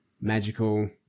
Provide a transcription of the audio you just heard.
magical